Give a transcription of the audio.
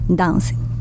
dancing